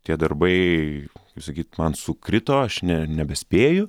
tie darbai kaip sakyt man sukrito aš ne nebespėju